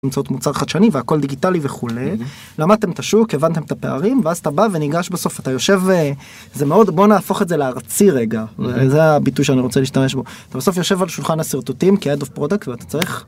באמצעות מוצר חדשני והכל דיגיטלי וכולי, למדתם את השוק, הבנתם את הפערים, ואז אתה בא וניגש בסוף אתה יושב... זה מאוד בוא נהפוך את זה לארצי רגע, זה הביטוי שאני רוצה להשתמש בו. אתה בסוף יושב על שולחן השרטוטים כ-head of product ואתה צריך.